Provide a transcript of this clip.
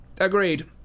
Agreed